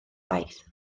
faith